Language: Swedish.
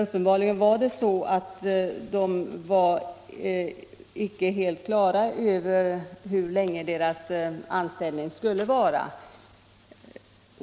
Uppenbarligen var de icke helt på det klara med hur länge deras anställning skulle vara.